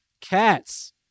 Cats